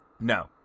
no